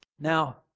Now